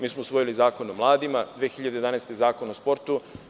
Mi smo usvoji Zakon o mladima 2011. godine, Zakon o sportu.